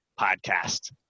podcast